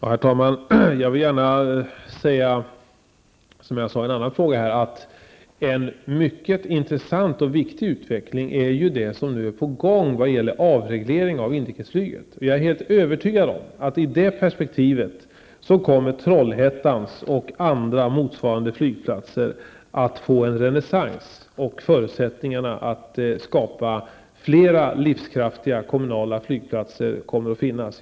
Herr talman! Jag vill gärna upprepa något som jag sade i samband med en annan fråga. En mycket intressant och viktig utveckling är den som nu är på gång vad gäller avregleringen av inrikesflyget. Jag är helt övertygad om att i det perspektivet kommer Trollhättans flygplats och andra motsvarande flygplatser att få en renässans. Förutsättningar för att skapa fler livskraftiga kommunala flygplatser kommer att finnas.